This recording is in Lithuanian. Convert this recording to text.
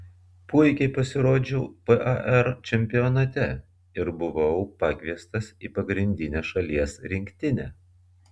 puikiai pasirodžiau par čempionate ir buvau pakviestas į pagrindinę šalies rinktinę